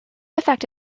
effect